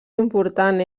important